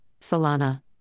Solana